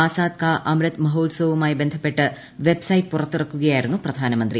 ആസാദി കാ അമൃത് മഹോത്സവവുമായി ബന്ധപ്പെട്ട് വെബ്സൈറ്റ് പുറത്തിറക്കുകയായിരുന്നു പ്രധാനമന്ത്രി